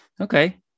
okay